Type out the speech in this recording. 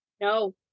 No